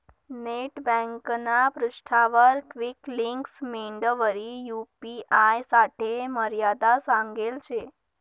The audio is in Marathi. नेट ब्यांकना पृष्ठावर क्वीक लिंक्स मेंडवरी यू.पी.आय साठे मर्यादा सांगेल शे